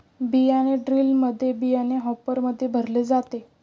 बियाणे ड्रिलमध्ये बियाणे हॉपरमध्ये भरले जाते